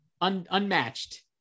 unmatched